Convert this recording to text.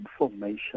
information